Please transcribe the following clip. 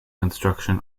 construction